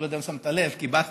אני לא יודע אם שמת לב, כי באת.